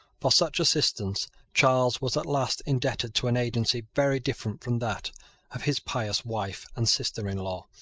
for such assistance charles was at last indebted to an agency very different from that of his pious wife and sister-in-law.